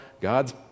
God's